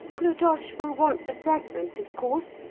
clodoche will want the fragment, of course,